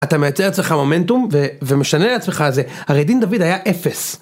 אתה מייצר לעצמך מומנטום ומשנה לעצמך על זה, הרי דין דוד היה אפס.